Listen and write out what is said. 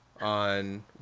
on